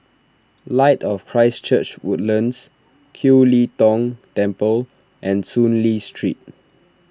Light of Christ Church Woodlands Kiew Lee Tong Temple and Soon Lee Street